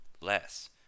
less